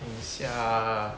等一下